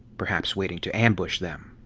perhaps waiting to ambush them.